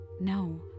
No